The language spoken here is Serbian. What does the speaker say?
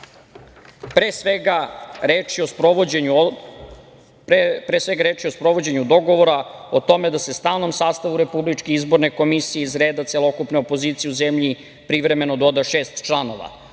Pre svega, reč je o sprovođenju dogovora o tome da se stalnom sastavu Republičke izborne komisije iz reda celokupne opozicije u zemlji privremeno doda šest članova,